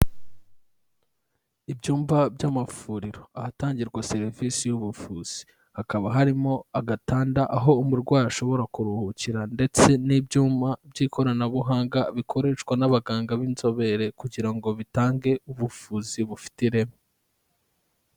Ibyumba by'amavuriro, ahatangirwa serivisi y'ubuvuzi, hakaba harimo agatanda aho umurwayi ashobora kuruhukira ndetse n'ibyuma by'ikoranabuhanga bikoreshwa n'abaganga b'inzobere kugira ngo bitange ubuvuzi bufite ireme.